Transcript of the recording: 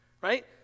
Right